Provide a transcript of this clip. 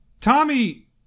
Tommy